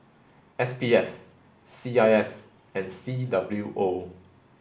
S P F C I S and C W O